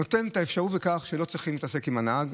נותן את האפשרות לכך שלא צריך להתעסק עם הנהג.